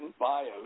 bios